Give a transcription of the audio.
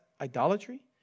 idolatry